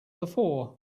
before